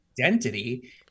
identity